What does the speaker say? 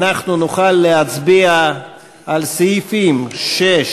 אנחנו נוכל להצביע על סעיפים 6,